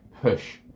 push